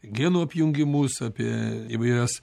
genų apjungimus apie įvairias